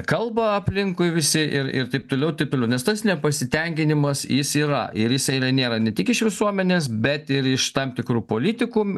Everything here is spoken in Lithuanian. kalba aplinkui visi ir ir taip toliau taip toliau nes tas nepasitenkinimas jis yra ir jisai yra nėra ne tik iš visuomenės bet ir iš tam tikrų politikų m